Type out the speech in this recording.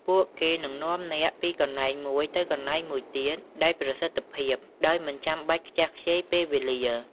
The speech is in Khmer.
ពួកគេនឹងនាំអ្នកពីកន្លែងមួយទៅកន្លែងមួយទៀតដោយប្រសិទ្ធភាព ដោយមិនចាំបាច់ខ្ជះខ្ជាយពេលវេលា។